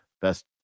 best